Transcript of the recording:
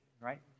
right